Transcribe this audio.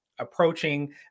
approaching